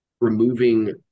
removing